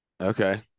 Okay